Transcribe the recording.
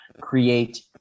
create